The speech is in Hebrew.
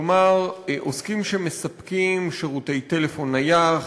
כלומר, עוסקים שמספקים שירותי טלפון נייח,